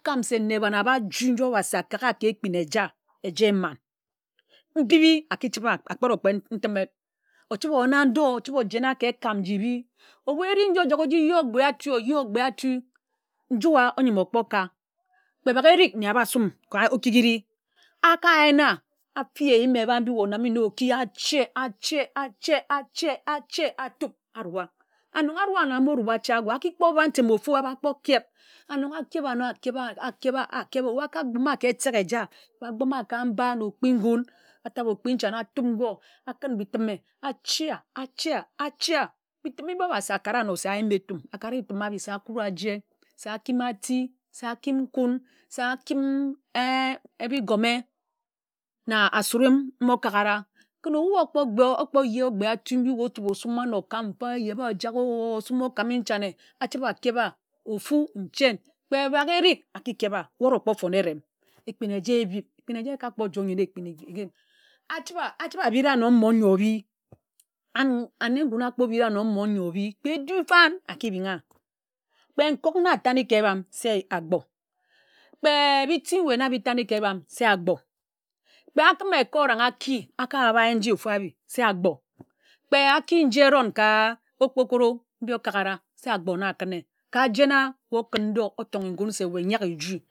Okam se nne ebán ábi ji nju obhasi akagha ka ekpin eja eje emán mbibi aki chibe okpēd okpēd ntime ochibe oyena ndo ochibe ojena ka ekam nji îbi ebu eri nji ojak oji yi ogbe atū oje ogbe atú njū a oyim okpo ga kpe bagha erik nne ába sum ka okighi ri aka yena afi eyim eba mbi ye onāme na oki ashe ashē ashē ashē ashē atup aruā anóng aru ōmo rua achae āgo aki kpo ntem ofu āba kpo keb anóng akeb na akeb a akeb a akeb a akeb a ebu oka kpimāka etek eja kpe akpimā ka mba na okpi-ngun atabe okpi nchane atup ngo okun bi itime ashē a ashē a ashē a. kpe itime mba obhasi akara áno se ayim etum akare itime abi se akúd aje se akim ati se akim nkún se akim abi gome na asuri ma okakara kún ebu owu okpo gbe okpȯ je ogbe mbi atū mbi ye ochibe osuma ano okám mba ayeba ajak o osuma okame nchane achibe akebha ofu nchen kpe bágha erik aki kebha weh orokpo fon erem ekpin eja ebib ekpin eja eka kpo ojoe nyen ekpin achiba achibe abid ano mmon n̄yo obi and ane ngun okpo obid ano mmon nyo obi kpe edú fań aki bingha kpe nkok na atane ka ebam se Agbor kpe bi eti weh na etane ka ebam̄ se Agbor kpe akime eka orang aki ākáb yen nji ofu abi se Agbor kpe aki nje eron̄ ka okpokoro mbi okakara se Agbor na akune ka jen a weh okún ndō otonghe ngun se ye nyaghe eju.